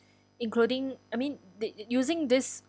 including I mean they using this